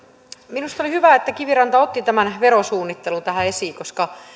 minusta oli hyvä että kiviranta otti tämän verosuunnittelun tähän esiin koska